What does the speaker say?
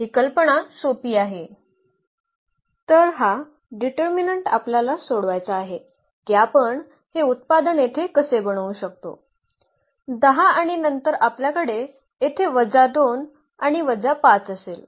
तर हा डिटर्मिनन्ट आपल्याला सोडवायचा आहे की आपण हे उत्पादन येथे कसे बनवू शकतो 10 आणि नंतर आपल्याकडे येथे वजा 2 आणि वजा 5 असेल